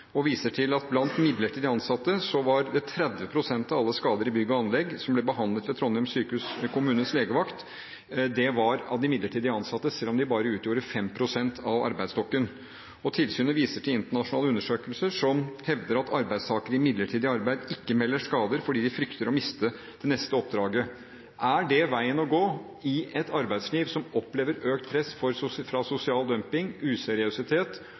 og viser til at 30 pst. av alle skader i bygg og anlegg som ble behandlet ved Trondheim kommunes legevakt, var av de midlertidig ansatte, selv om de bare utgjorde 5 pst. av arbeidsstokken. Tilsynet viser til internasjonale undersøkelser, som hevder at arbeidstakere i midlertidig arbeid ikke melder skader fordi de frykter å miste det neste oppdraget. Er det veien å gå i et arbeidsliv som opplever økt press fra sosial dumping, useriøsitet